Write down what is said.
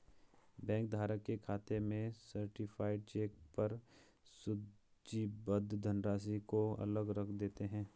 bank धारक के खाते में सर्टीफाइड चेक पर सूचीबद्ध धनराशि को अलग रख देते हैं